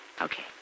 Okay